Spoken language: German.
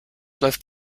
läuft